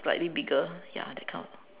slightly bigger ya that kind of